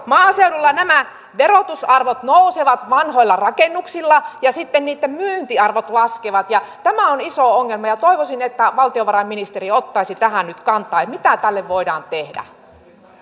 maaseudulla nämä verotusarvot nousevat vanhoilla rakennuksilla ja sitten niitten myyntiarvot laskevat tämä on iso ongelma ja toivoisin että valtiovarainministeriö ottaisi tähän nyt kantaa että mitä tälle voidaan tehdä